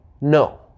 no